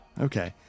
Okay